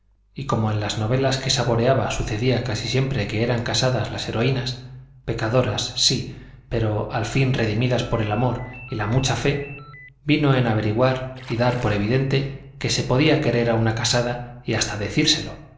y como en las novelas que saboreaba sucedía casi siempre que eran casadas las heroínas pecadoras sí pero al fin redimidas por el amor y la mucha fe vino en averiguar y dar por evidente que se podía querer a una casada y hasta decírselo